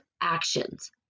actions